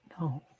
No